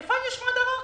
איפה נשמע דבר כזה?